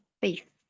faith